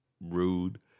rude